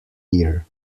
year